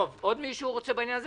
עוד מישהו רוצה להעיר בעניין הזה?